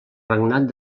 regnat